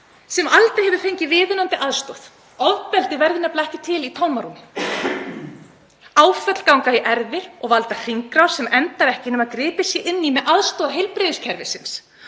sem aldrei hefur fengið viðunandi aðstoð. Ofbeldi verður nefnilega ekki til í tómarúmi. Áföll ganga í erfðir og valda hringrás sem endar ekki nema gripið sé inn í með aðstoð heilbrigðiskerfisins.